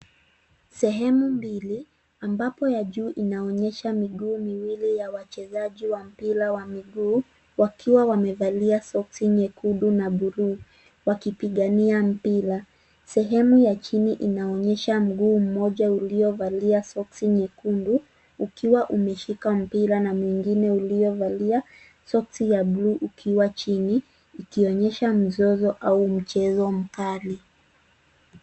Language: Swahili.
Sehemu mbili, ambapo ya juu inaonyesha miguu miwili ya wachezaji wa mpira wa miguu, wakiwa wamevalia soksi nyekundu na bluu, wakipigania mpira. Sehemu ya chini inaonyesha mguu mmoja uliovalia soksi nyekundu, ukiwa umeshika mpira na mwingine uliovalia soksi ya bluu ukiwa chini, ikionyesha mzozo au mchezo mkali.